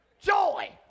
Joy